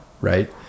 right